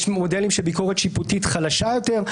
יש מודלים של ביקורת שיפוטית חלשה יותר,